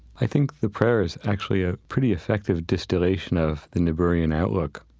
i think the prayer is actually a pretty effective distillation of the niebuhrian outlook.